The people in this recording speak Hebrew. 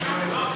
מאמין.